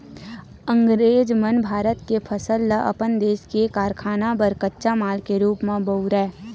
अंगरेज मन भारत के फसल ल अपन देस के कारखाना बर कच्चा माल के रूप म बउरय